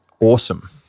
Awesome